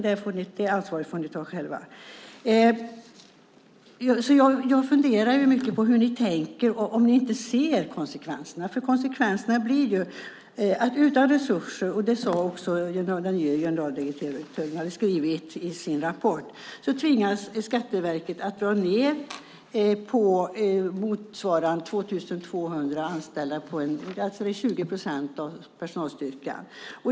Det ansvaret får ni ta själva. Jag funderar mycket på hur ni tänker och om ni inte ser konsekvenserna. Konsekvenserna blir ju att utan resurser - det har också den nye generaldirektören skrivit i sin rapport - tvingas Skatteverket att dra ned med motsvarande 2 200 anställda. Det är 20 procent av personalstyrkan.